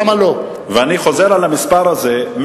ואני חוזר על המספר הזה,